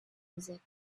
music